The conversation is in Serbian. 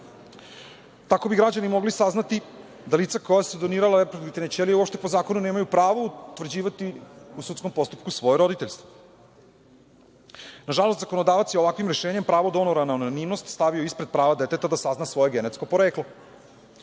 Tako bi građani mogli saznati da lica koja su donirala reproduktivne ćelije uopšte po zakonu nemaju pravo utvrđivati u sudskom postupku svoje roditeljstvo. Nažalost, zakonodavac je ovakvim rešenjem pravo donora na anonimnost stavio ispred prava deteta da sazna svoje genetsko poreklo.